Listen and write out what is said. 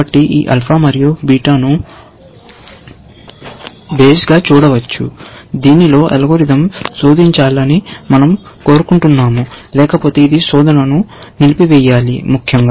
కాబట్టి ఈ ఆల్ఫా మరియు బీటాను బౌన్స్గా చూడవచ్చు దీనిలో అల్గోరిథం శోధించాలని మనం కోరుకుంటున్నాము లేకపోతే ఇది శోధనను నిలిపివేయాలి ముఖ్యంగా